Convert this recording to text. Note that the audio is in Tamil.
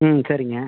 ம் சரிங்க